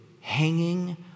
hanging